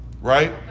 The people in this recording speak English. Right